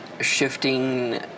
shifting